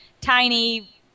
tiny